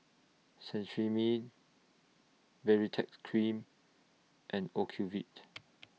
Cetrimide Baritex Cream and Ocuvite